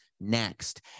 next